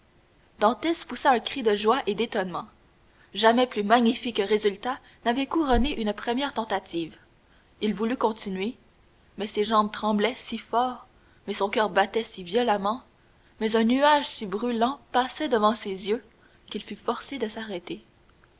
poussa un cri de joie et d'étonnement jamais plus magnifique résultat n'avait couronné une première tentative il voulut continuer mais ses jambes tremblaient si fort mais son coeur battait si violemment mais un nuage si brûlant passait devant ses yeux qu'il fut forcé de s'arrêter